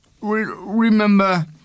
remember